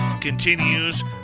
continues